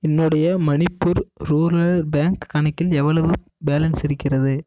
என்னுடைய Manipur rural bank கணக்கில் எவ்வளவு பேலன்ஸ் இருக்கிறது